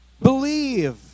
believe